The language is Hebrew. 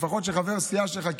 לפחות כשחבר סיעה שלך,